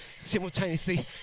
simultaneously